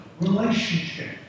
relationship